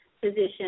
position